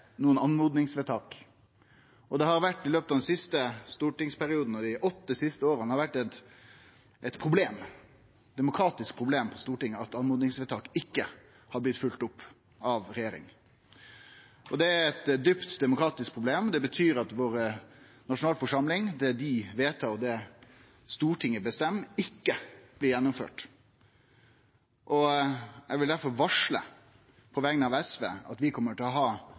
Det har i løpet av dei siste stortingsperiodane og dei siste åtte åra vore eit demokratisk problem på Stortinget at oppmodingsvedtak ikkje har blitt følgde opp av regjeringa. Det er eit djupt demokratisk problem. Det betyr at det vår nasjonalforsamling, Stortinget, vedtar og bestemmer, ikkje blir gjennomført. Eg vil difor, på vegner av SV, varsle at vi kjem til å ha